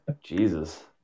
Jesus